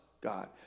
God